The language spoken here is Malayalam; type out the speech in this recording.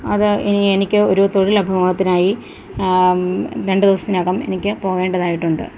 അത് ഇനി എനിക്ക് ഒരു തൊഴിൽ അഭിമുഖത്തിനായി രണ്ട് ദിവസത്തിനകം എനിക്ക് പോകേണ്ടതായിട്ടുണ്ട്